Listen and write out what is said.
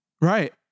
Right